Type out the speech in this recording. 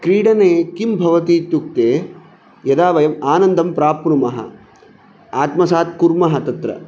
क्रीडने किं भवति इत्युक्ते यदा वयम् आनन्दं प्राप्नुमः आत्मसात् कुर्मः तत्र